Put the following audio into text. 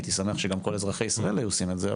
והייתי שמח גם אם כל אזרחי ישראל היו עושים את זה,